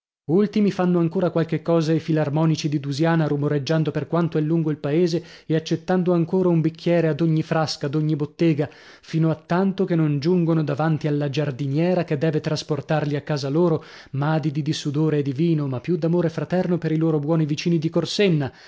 ultimi fanno ancora qualche cosa i filarmonici di dusiana rumoreggiando per quanto è lungo il paese e accettando ancora un bicchiere ad ogni frasca ad ogni bottega fino a tanto che non giungono davanti alla giardiniera che deve trasportarli a casa loro madidi di sudore e di vino ma più d'amore fraterno per i loro buoni vicini di corsenna